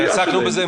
עסקנו בזה,